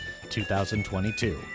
2022